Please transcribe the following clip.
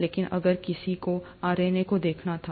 लेकिन अगर किसी को आरएनए को देखना था